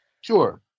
sure